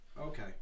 Okay